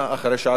אחרי שעזב,